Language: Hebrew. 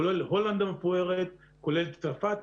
כולל הולנד המפוארת וכולל צרפת,